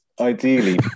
ideally